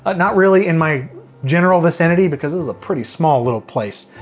ah not really in my general vicinity, because this is a pretty small little place,